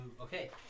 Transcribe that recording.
Okay